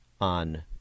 on